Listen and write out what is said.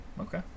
Okay